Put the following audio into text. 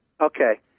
Okay